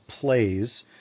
plays